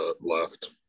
left